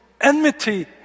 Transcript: enmity